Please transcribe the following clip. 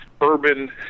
urban